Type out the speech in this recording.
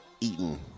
Eaton